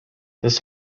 this